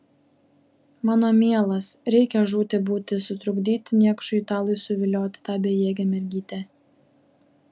mano mielas reikia žūti būti sutrukdyti niekšui italui suvilioti tą bejėgę mergytę